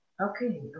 Okay